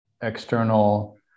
external